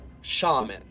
shaman